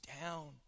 down